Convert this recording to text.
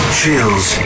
chills